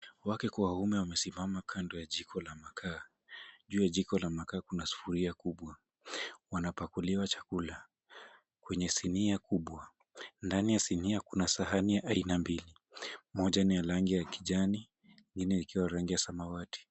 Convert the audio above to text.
Wake kwa waume wamesimama kando ya jiko la makaa. Juu ya jiko la makaa kuna sufuria kubwa, wanapakuliwa chakula kwenye sinia kubwa, ndani ya sinia kuna sahani ya aina mbili, moja ni ya rangi ya kijani, ingine ikiwa rangi ya samawati.